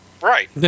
Right